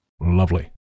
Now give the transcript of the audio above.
Lovely